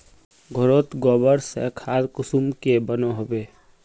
घोरोत गबर से खाद कुंसम के बनो होबे?